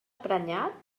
prenyat